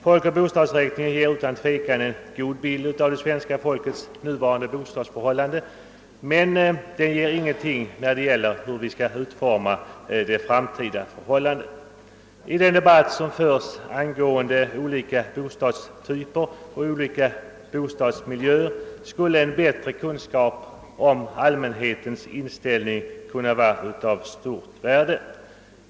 Folkoch bostadsräkningen ger utan tvivel en god bild av svenska folkets nuvarande bostadsförhållanden, men den ger ingen vägledning för hur vi skall utforma de framtida förhållandena. I den debatt som förs angående olika bostadstyper och olika bostadsmiljöer skulle en bättre kunskap om allmänhetens inställning kunna vara av stort värde.